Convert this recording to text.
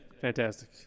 Fantastic